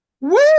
Woo